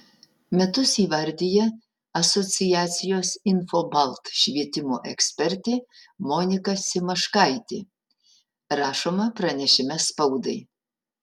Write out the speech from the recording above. mitus įvardija asociacijos infobalt švietimo ekspertė monika simaškaitė rašoma pranešime spaudai